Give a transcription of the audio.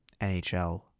NHL